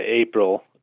April